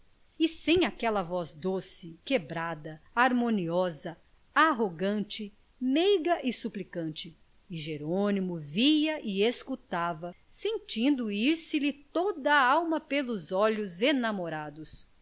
e sem aquela voz doce quebrada harmoniosa arrogante meiga e suplicante e jerônimo via e escutava sentindo ir se lhe toda a alma pelos olhos enamorados